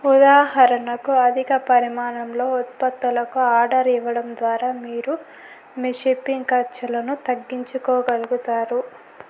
ఉదాహరణకు అధిక పరిమాణంలో ఉత్పత్తులకు ఆర్డర్ ఇవ్వడం ద్వారా మీరు మీ షిప్పింగ్ ఖర్చులను తగ్గించుకోగలుగుతారు